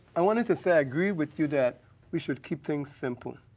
i wanted to say i agree with you that we should keep things simple.